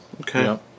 Okay